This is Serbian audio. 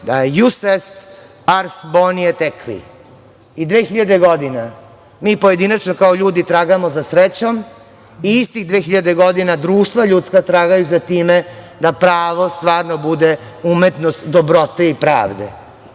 „jus est ars boni et aequi“ tekli i 2.000 godina mi pojedinačno kao ljudi tragamo za srećom i istih 2.000 godina društva ljudska tragaju za time da pravo stvarno bude umetnost dobrote i pravde. Nema